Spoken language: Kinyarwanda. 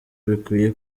bikwiye